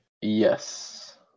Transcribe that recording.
yes